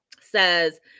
says